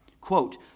quote